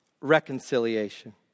reconciliation